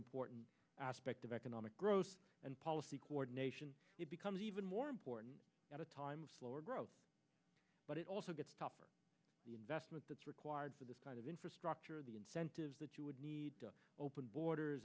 important aspect of economic growth and policy coordination it becomes even more important at a time of slower growth but it also gets tougher investment that's required for this kind of infrastructure the incentives that you would need to open borders